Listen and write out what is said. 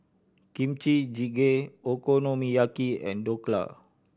Kimchi Jjigae Okonomiyaki and Dhokla